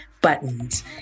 buttons